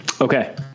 Okay